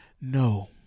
No